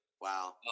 Wow